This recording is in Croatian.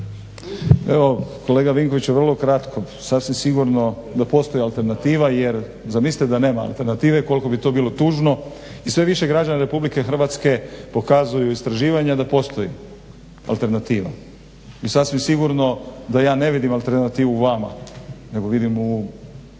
Evo kolega Vinkoviću vrlo kratko. Sasvim sigurno da postoji alternativa jer zamislite da nema alternative koliko bi to bilo tužno i sve više građana Republike Hrvatske pokazuju istraživanja da postoji alternativa. I sasvim sigurno da ja ne vidim alternativu u vama nego vidim u